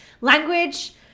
Language